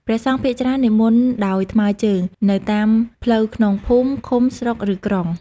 ព្រះសង្ឃភាគច្រើននិមន្តដោយថ្មើរជើង នៅតាមផ្លូវក្នុងភូមិ ឃុំ ស្រុក ឬក្រុង។